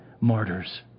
martyr's